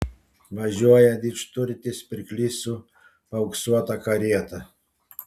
važiuoja didžturtis pirklys su paauksuota karieta